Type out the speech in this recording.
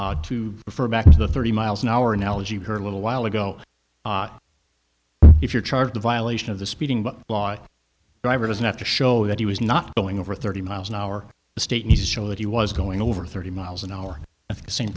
that to refer back to the thirty miles an hour analogy her a little while ago if you're charged a violation of the speeding but law a driver doesn't have to show that he was not going over thirty miles an hour the state needs to show that he was going over thirty miles an hour at the same